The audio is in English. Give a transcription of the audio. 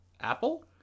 Apple